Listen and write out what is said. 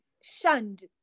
shunned